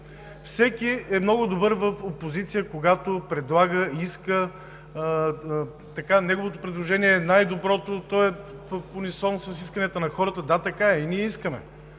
Всеки е много добър в опозиция, когато предлага, иска, неговото предложение е най-доброто, то е в унисон с исканията на хората – да, така е. И ние искаме